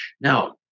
Now